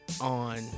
on